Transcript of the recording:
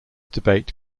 debate